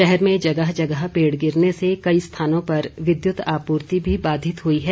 शहर में जगह जगह पेड़ गिरने से कई स्थानों पर विद्युत आपूर्ति भी बाधित हुई है